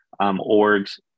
orgs